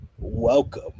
Welcome